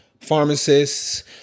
pharmacists